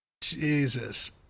Jesus